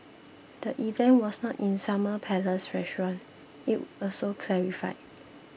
the event was not in Summer Palace restaurant it also clarified